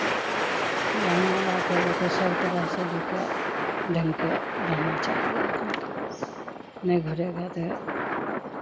बढ़ियाँ बात है लोग के सब तरह से लोग के ढंग के रहना चाहिए आदमी को नहीं घुरेगा तो